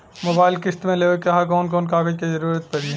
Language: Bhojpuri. मोबाइल किस्त मे लेवे के ह कवन कवन कागज क जरुरत पड़ी?